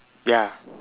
ya